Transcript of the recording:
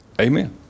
Amen